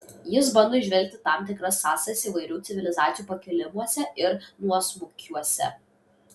jis bando įžvelgti tam tikras sąsajas įvairių civilizacijų pakilimuose ir nuosmukiuose